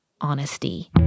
honesty